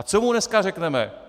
Co mu dneska řekneme?